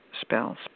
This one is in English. Spells